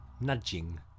nudging